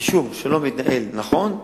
יישוב שלא מתנהל נכון,